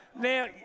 Now